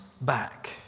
back